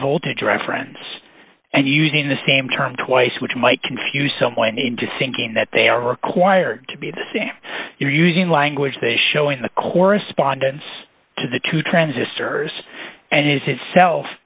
voltage reference and using the same term twice which might confuse someone into thinking that they are required to be the same you're using language they show in the correspondence to the two transistors and is itself